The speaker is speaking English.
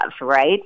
right